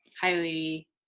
highly